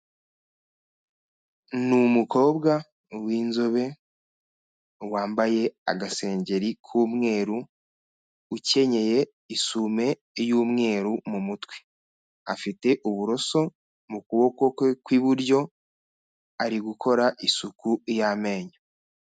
Ni umukobwa w'inzobe, wambaye agasengeri k'umweru, ukenyeye isume y'umweru mu mutwe, afite uburoso mu kuboko kwe kw'iburyo, ari gukora isuku y'amenyo.